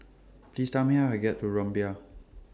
Please Tell Me How to get to Rumbia